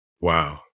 Wow